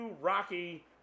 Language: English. Rocky